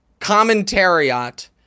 commentariat